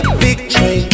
victory